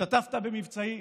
השתתפת במבצעים,